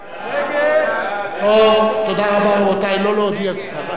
ההצעה להעביר את הצעת חוק לתיקון פקודת התעבורה